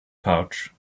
pouch